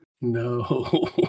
no